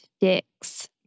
dicks